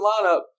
lineup